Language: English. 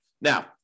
Now